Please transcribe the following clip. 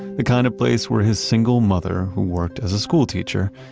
the kind of place where his single mother, who worked as a school teacher,